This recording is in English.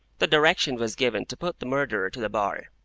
the direction was given to put the murderer to the bar.